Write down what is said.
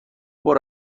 برو